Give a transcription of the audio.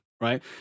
right